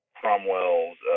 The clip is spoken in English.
Cromwell's